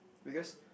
because